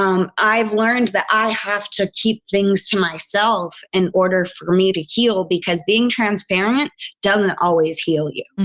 um i've learned that i have to keep things to myself in order for me to heal, because being transparent doesn't always heal you